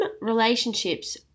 relationships